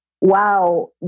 wow